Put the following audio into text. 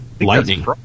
Lightning